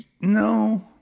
no